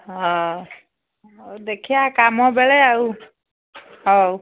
ହଁ ହଉ ଦେଖିବା କାମ ବେଳେ ଆଉ ହଉ